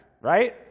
right